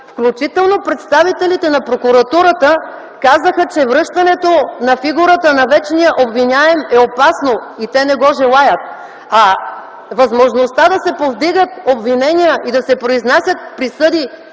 Включително представителите на прокуратурата казаха, че връщането на фигурата на вечния обвиняем е опасно и те не го желаят. А възможността да се повдигат обвинения и да се произнасят присъди